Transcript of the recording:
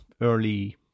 early